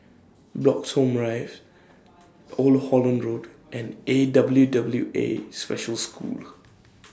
Bloxhome Drives Old Holland Road and A W W A Special School